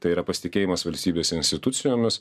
tai yra pasitikėjimas valstybės institucijomis